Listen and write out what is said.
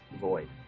void